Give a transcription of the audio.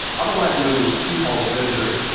otherwise known as keyhole surgery.